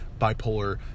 Bipolar